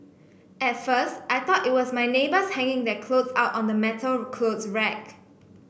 at first I thought it was my neighbours hanging their clothes out on the metal clothes rack